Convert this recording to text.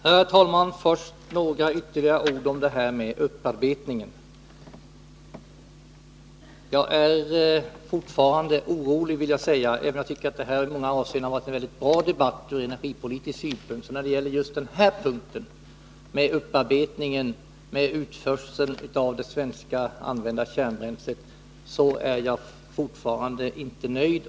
Herr talman! Först ytterligare några ord om upparbetningen. Även om jag tycker att det här från energipolitisk synpunkt i många avseenden varit en mycket bra debatt är jag fortfarande orolig på just den punkten. När det gäller upparbetningen och utförseln av det använda svenska kärnbränslet, är jag fortfarande inte nöjd.